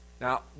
Now